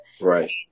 Right